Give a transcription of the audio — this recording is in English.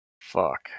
Fuck